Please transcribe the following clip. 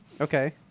okay